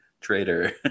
traitor